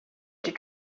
they